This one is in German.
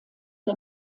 der